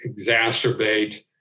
exacerbate